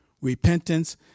repentance